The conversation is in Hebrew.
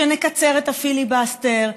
שנקצר את הפיליבסטר.